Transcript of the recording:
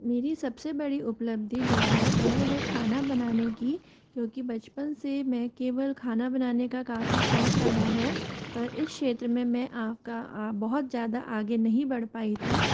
मेरी सबसे बड़ी उपलब्धि जो है वह है खाना बनाने की क्योंकि बचपन से मैं केवल खाना बनाने का काफ़ी शौक रहा है पर इस क्षेत्र में मैं आपका बहुत ज़्यादा आगे नहीं बढ़ पाई थी